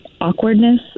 awkwardness